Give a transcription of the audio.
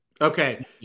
Okay